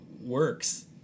works